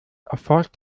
erforscht